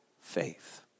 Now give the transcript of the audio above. faith